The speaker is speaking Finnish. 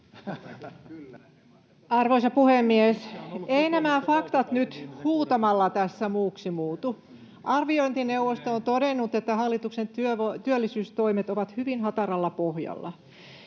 Arvoisa puhemies! Eivät nämä faktat nyt huutamalla tässä muuksi muutu. Arviointineuvosto on todennut, että hallituksen työllisyystoimet ovat hyvin hataralla pohjalla.